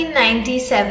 1997